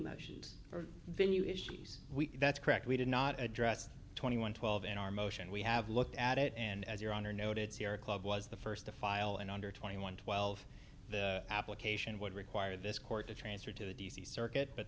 motions or venue issues that's correct we did not address twenty one twelve in our motion we have looked at it and as your honor noted sierra club was the first to file and under twenty one twelve the application would require this court to transfer to the d c circuit but